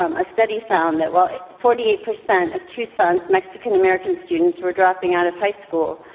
um a study found that while forty eight percent of tucson's mexican-american students were dropping out of high school,